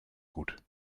gut